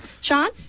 Sean